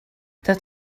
that